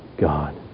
God